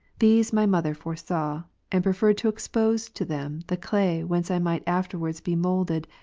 these my mother foresaw and pre ferred to expose to them the clay whence i might afterwards be moulded,